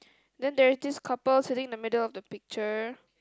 then there's this couple sitting in the middle of the picture